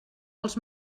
els